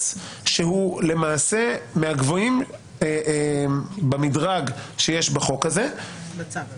שהוא למעשה מהגבוהים במדרג שיש בצו הזה,